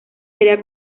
seria